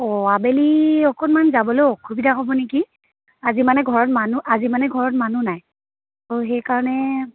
ও আবেলি অকণমান যাবলৈ অসুবিধা হ'ব নেকি আজি মানে ঘৰত মানুহ আজি মানে ঘৰত মানুহ নাই ত' সেইকাৰণে